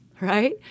Right